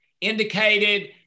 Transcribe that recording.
indicated